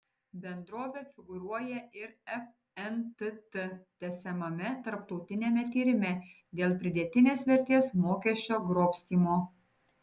bendrovė figūruoja ir fntt tęsiamame tarptautiniame tyrime dėl pridėtinės vertės mokesčio grobstymo